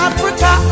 Africa